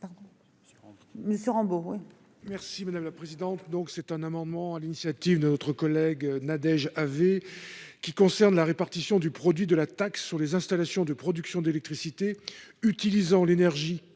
Merci madame la présidente. Donc c'est un amendement à l'initiative de notre collègue Nadège avait qui concerne la répartition du produit de la taxe sur les installations de production d'électricité utilisant l'énergie